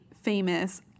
famous